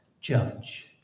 judge